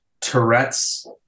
Tourette's